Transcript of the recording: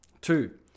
Two